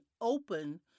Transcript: open